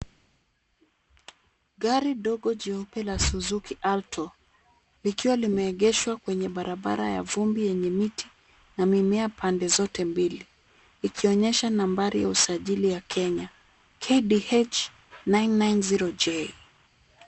Gari dogo jeupe la Suzuki Auto likiwa Limeegeshwa kwenye barabara ya vumbi yenye miti na mimea pande zote mbili. Ikionyesha nambari ya usajili ya Kenya. KDH 990J.